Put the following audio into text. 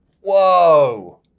whoa